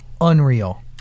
unreal